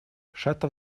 шатов